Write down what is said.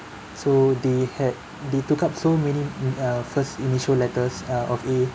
so they had they took up so many in uh first initial letters uh of A